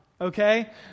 okay